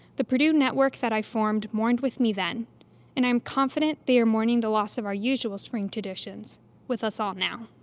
the purdue network that i formed mourned with me then and i am confident they are mourning the loss of our usual spring traditions with us all now.